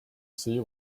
see